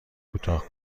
کوتاه